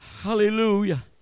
hallelujah